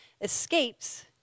escapes